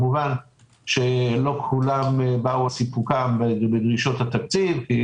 כמובן שלא כולם באו על סיפוקם בדרישות התקציב כי